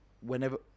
whenever